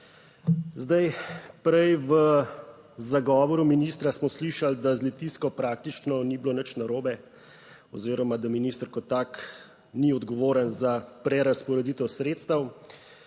Zdaj prej v zagovoru ministra smo slišali, da z litijsko praktično ni bilo nič narobe oziroma da minister kot tak ni odgovoren za prerazporeditev sredstev,